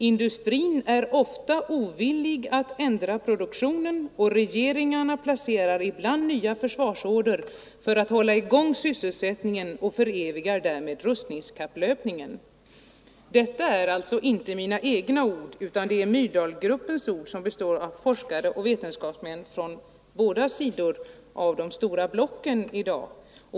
Industrin är ofta ovillig att ändra produktionen, och regeringarna placerar ibland nya försvarsorder för att hålla i gång sysselsättningen och förevigar därmed rustningskapplöpningen.” Detta är således inte mina egna ord, utan denna uppfattning har framförts av Myrdalgruppen, som består av forskare och vetenskapsmän från båda de stora maktblocken.